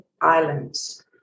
islands